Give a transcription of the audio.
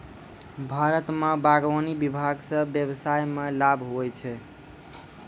भारत मे बागवानी विभाग से व्यबसाय मे लाभ हुवै छै